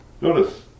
Notice